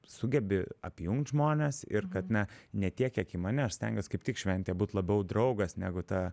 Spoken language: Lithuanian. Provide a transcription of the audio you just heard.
sugebi apjungti žmones ir kad na ne tiek kiek į mane aš stengiuos kaip tik šventėj būt labiau draugas negu ta